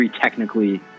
technically